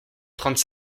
trente